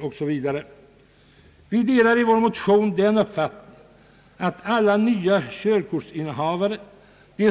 Vi motionärer har den uppfattningen att för alla nya körkortsinnehavare